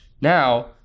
Now